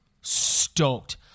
stoked